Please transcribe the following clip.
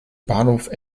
bahnhof